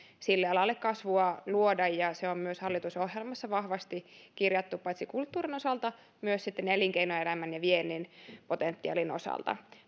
sille alalle kasvua luoda ja se on myös hallitusohjelmassa vahvasti kirjattu paitsi kulttuurin osalta myös elinkeinoelämän ja viennin potentiaalin osalta